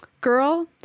girl